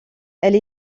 elle